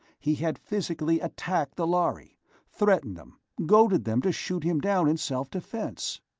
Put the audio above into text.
he had physically attacked the lhari threatened them, goaded them to shoot him down in self-defense!